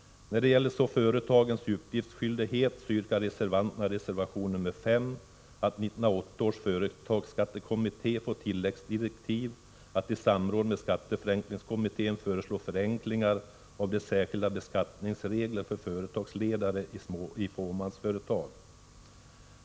När det gäller företagens uppgiftsskyldighet yrkar reservanterna i reservation nr 5 att 1980 års företagsskattekommitté får tilläggsdirektiv att i samråd med skatteförenklingskommittén föreslå förenklingar av de särskilda beskattningsreglerna för företagsledare i fåmansföretag.